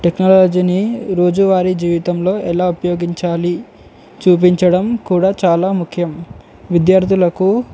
టెక్నాలజీని రోజువారీ జీవితంలో ఎలా ఉపయోగించాలి చూపించడం కూడా చాలా ముఖ్యం విద్యార్థులకు